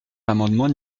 l’amendement